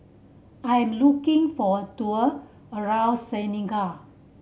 I am looking for a tour around Senegal